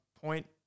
Point